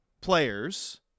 players